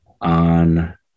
on